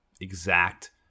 exact